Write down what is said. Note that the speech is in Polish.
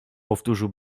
powtórzył